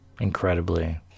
incredibly